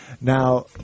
now